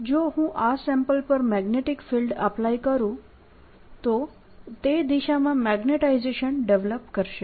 તેથી જો હું આ સેમ્પલ પર મેગ્નેટીક ફિલ્ડ એપ્લાય કરું તો તે તે દિશામાં મેગ્નેટાઇઝેશન ડેવલપ કરશે